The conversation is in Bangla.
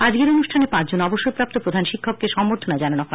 আজকের অনুষ্ঠানে পাঁচজন অবসরপ্রাপ্ত প্রধান শিক্ষককে সম্বর্ধনা জানানো হয়